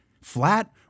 flat